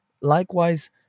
likewise